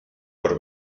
por